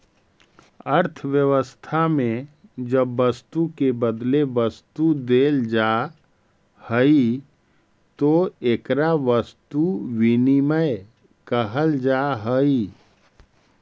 अर्थव्यवस्था में जब वस्तु के बदले वस्तु देल जाऽ हई तो एकरा वस्तु विनिमय कहल जा हई